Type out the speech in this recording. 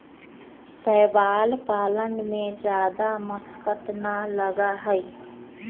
शैवाल पालन में जादा मशक्कत ना लगा हई